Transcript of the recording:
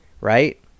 right